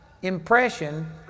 impression